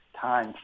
time